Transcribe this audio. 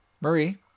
Marie